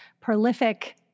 prolific